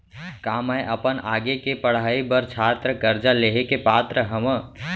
का मै अपन आगे के पढ़ाई बर छात्र कर्जा लिहे के पात्र हव?